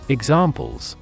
Examples